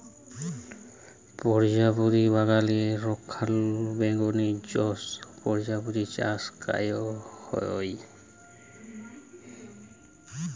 পরজাপতি বাগালে রক্ষলাবেক্ষলের জ্যনহ পরজাপতি চাষ ক্যরা হ্যয়